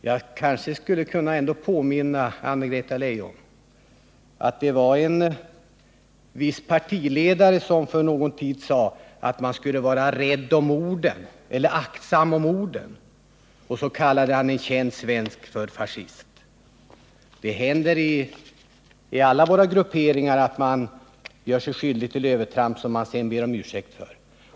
Jag vill påminna Anna-Greta Leijon om att det var en viss partiledare som för någon tid sedan sade att man skulle vara aktsam med orden, och så kallade han en känd svensk för fascist. Det händer i alla våra grupperingar att man gör sig skyldig till övertramp som man sedan ber om ursäkt för.